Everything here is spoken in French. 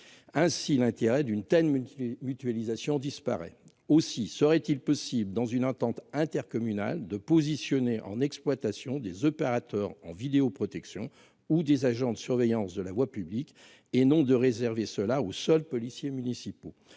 Ainsi l'intérêt d'une telle multitude une mutualisation disparaît aussi serait-il possible dans une entente intercommunal de positionner en exploitation des opérateurs en vidéoprotection ou des agents de surveillance de la voie publique et non de réserver cela au sol policiers municipaux